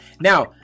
now